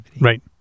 Right